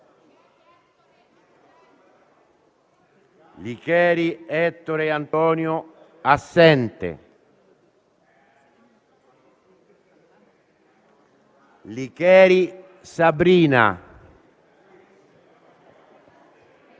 Licheri Ettore Antonio C Licheri Sabrina